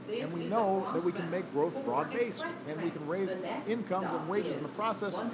and we know that we can make growth broad-based. and we can raise incomes and wages in the process.